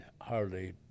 hardly